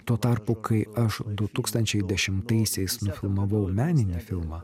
tuo tarpu kai aš du tūkstančiai dešimtaisiais nufilmavau meninį filmą